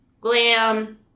glam